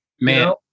Man